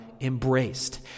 embraced